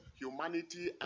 Humanity